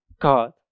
God